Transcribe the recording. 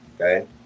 Okay